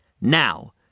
Now